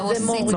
זה עו"סית,